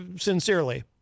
Sincerely